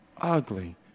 ugly